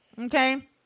Okay